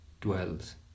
dwells